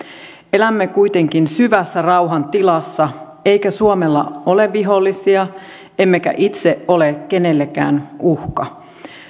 elämme kuitenkin syvässä rauhan tilassa eikä suomella ole vihollisia emmekä itse ole kenellekään uhka